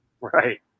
Right